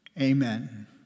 Amen